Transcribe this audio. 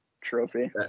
trophy